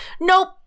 Nope